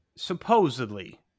Supposedly